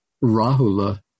Rahula